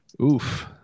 Oof